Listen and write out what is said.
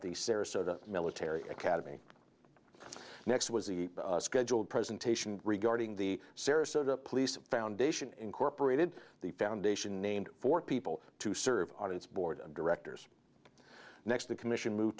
the sarasota military academy next was the scheduled presentation regarding the sarasota police foundation incorporated the foundation named for people to serve on its board of directors next the commission moved